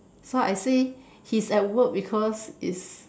so I say he's at work because it's